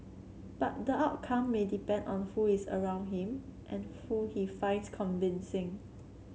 but the outcome may depend on who is around him and who he finds convincing